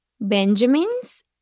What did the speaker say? Benjamin's